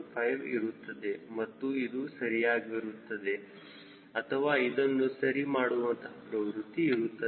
5 ಇರುತ್ತದೆ ಮತ್ತು ಇದು ಸರಿಯಾಗುತ್ತದೆ ಅಥವಾ ಅದನ್ನು ಸರಿ ಮಾಡುವಂತಹ ಪ್ರವೃತ್ತಿ ಇರುತ್ತದೆ